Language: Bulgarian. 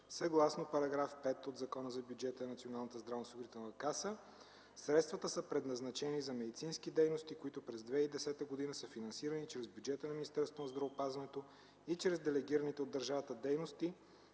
съгласно § 5 от Закона за бюджета на Националната здравноосигурителна каса. Средствата са предназначени за медицински дейности, които през 2010 г. са финансирани чрез бюджета на Министерството на здравеопазването и чрез делегираните от държавата дейности